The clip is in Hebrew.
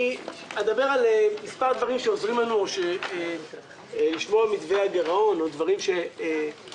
אני אדבר על מספר דברים שעוזרים לנו או דברים שרלבנטיים.